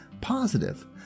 positive